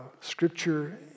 scripture